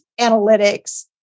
analytics